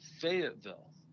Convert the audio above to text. Fayetteville